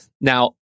Now